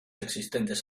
existentes